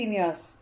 years